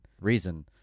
reason